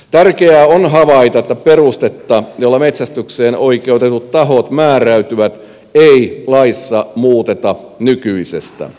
tärkeää on havaita että perustetta jolla metsästykseen oikeutetut tahot määräytyvät ei laissa muuteta nykyisestä